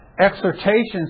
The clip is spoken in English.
exhortations